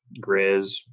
Grizz